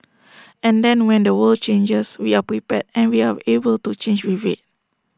and then when the world changes we are prepared and we are able to change with IT